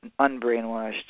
unbrainwashed